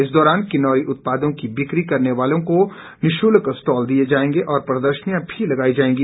इस दौरान किन्नौरी उत्पादों की बिकी करने वालों को निशुल्क स्टॉल दिए जाएंगे और प्रदर्शिनियां भी लगाई जाएगी